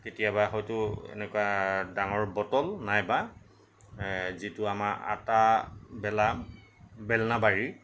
কেতিয়াবা হয়টো এনেকুৱা ডাঙৰ বটল নাইবা যিটো আমাৰ আটা বেলা বেলনা মাৰি